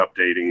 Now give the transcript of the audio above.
updating